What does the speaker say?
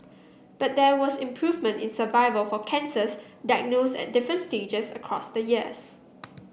but there was improvement in survival for cancers diagnosed at different stages across the years